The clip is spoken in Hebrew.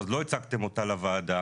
לא הצגתם אותה לוועדה.